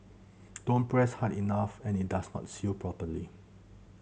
don't press hard enough and it does not seal properly